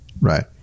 Right